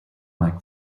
like